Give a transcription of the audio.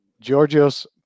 Georgios